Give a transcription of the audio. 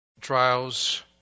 Trials